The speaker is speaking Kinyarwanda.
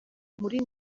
muri